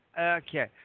Okay